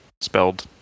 spelled